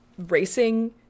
racing